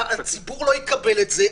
הציבור לא יקבל את זה,